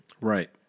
Right